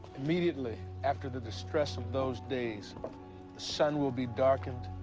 immediately after the distress of those days, the sun will be darkened,